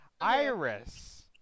Iris